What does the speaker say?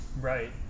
Right